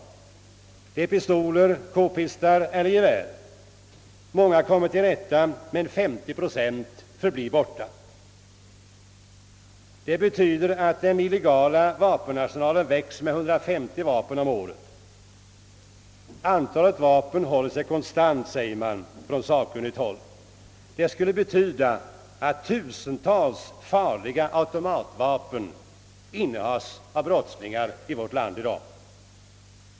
Det är pistoler, k-pistar eller gevär. Många kommer till rätta, men 50 procent förblir borta. Det betyder att den illegala vapenarsenalen växer med 150 vapen om året. Antalet vapen håller sig konstant, säger man på sakkunnigt håll. Det skulle betyda att tusentals farliga automatvapen innehas av brottslingar i vårt land i dag.